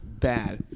Bad